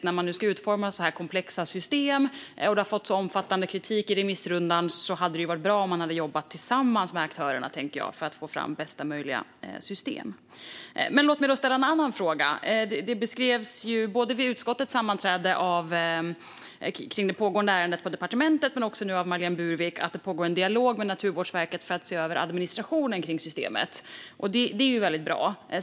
Eftersom man nu ska utforma komplexa system och eftersom det har fått omfattande kritik i remissrundan hade det varit bra om man hade arbetat tillsammans med aktörerna för att få fram bästa möjliga system. Låt mig ställa en annan fråga. Både vid utskottets sammanträde om det pågående ärendet vid departementet och nu av Marlene Burwick beskrevs att det pågår en dialog med Naturvårdsverket för att se över administrationen i systemet. Det är väldigt bra.